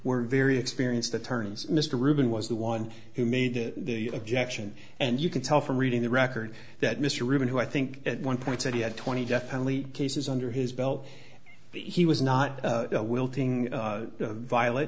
were very experienced attorneys mr ruben was the one who made the objection and you can tell from reading the record that mr ruben who i think at one point said he had twenty definitely cases under his belt that he was not wilting violet